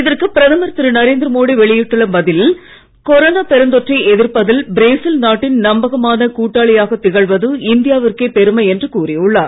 இதற்கு பிரதமர் திரு நரேந்திர மோடி வெளியிட்டுள்ள பதிலில் கொரோனா பெருந்தொற்றை எதிர்ப்பதில் பிரேசில் நாட்டின் நம்பகமான கூட்டாளியாகத் திகழ்வது இந்தியாவிற்கே பெருமை என்று கூறியுள்ளார்